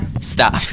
Stop